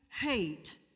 hate